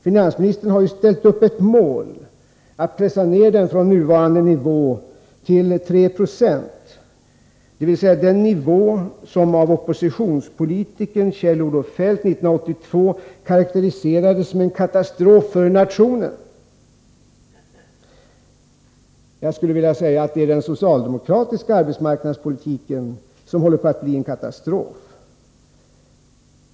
Finansministern har ju ställt upp ett mål: att pressa ner arbetslösheten från nuvarande nivå till 3 90, dvs. den nivå som av oppositionspolitikern Kjell-Olof Feldt 1982 karakteriserades som en katastrof för nationen. Jag skulle vilja säga att det är den socialdemokratiska arbetsmarknadspolitiken som håller på att bli en katastrof.